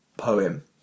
Poem